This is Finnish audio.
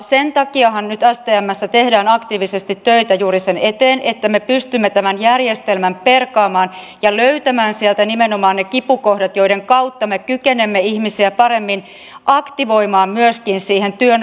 sen takiahan nyt stmssä tehdään aktiivisesti töitä juuri sen eteen että me pystymme tämän järjestelmän perkaamaan ja löytämään sieltä nimenomaan ne kipukohdat joiden kautta me kykenemme ihmisiä paremmin aktivoimaan myöskin siihen työn